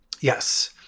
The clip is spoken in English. Yes